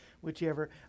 whichever